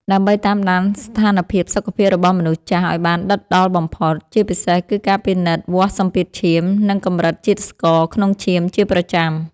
ដើម្បីតាមដានស្ថានភាពសុខភាពរបស់មនុស្សចាស់ឱ្យបានដិតដល់បំផុត ជាពិសេសគឺការពិនិត្យវាស់សម្ពាធឈាម និងកម្រិតជាតិស្ករក្នុងឈាមជាប្រចាំ។